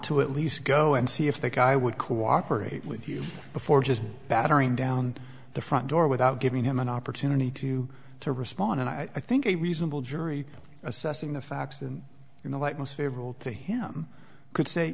to at least go and see if the guy would cooperate with you before just battering down the front door without giving him an opportunity to to respond and i think a reasonable jury assessing the facts and in the light most favorable to him could say